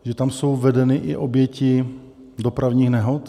Že tam jsou vedeny i oběti dopravních nehod?